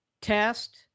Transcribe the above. test